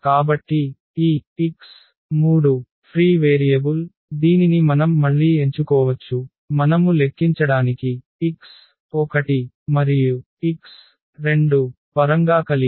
కాబట్టి ఈ x3 free variable దీనిని మనం మళ్ళీ ఎంచుకోవచ్చు మనము లెక్కించడానికి x1 మరియు x2 పరంగా కలిగి